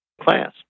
Class